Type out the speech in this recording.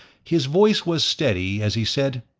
his voice was steady, as he said,